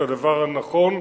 הדבר הנכון,